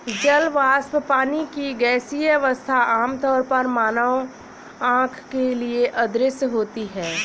जल वाष्प, पानी की गैसीय अवस्था, आमतौर पर मानव आँख के लिए अदृश्य होती है